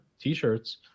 t-shirts